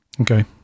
Okay